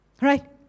Right